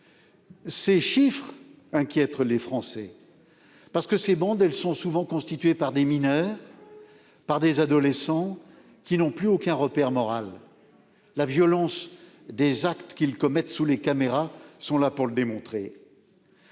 Ces chiffres inquiètent les Français, dans la mesure où ces bandes sont souvent constituées de mineurs, d'adolescents qui n'ont plus aucun repère moral. La violence des actes qu'ils commettent sous les caméras est là pour le démontrer.